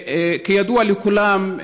כידוע לכולם,